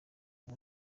uba